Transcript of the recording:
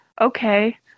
Okay